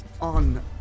on